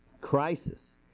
crisis